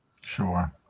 Sure